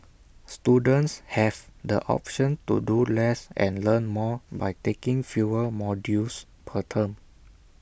students have the option to do less and learn more by taking fewer modules per term